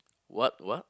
what what